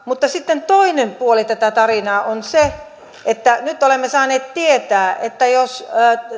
mutta sitten toinen puoli tätä tarinaa on se että nyt olemme saaneet tietää että jos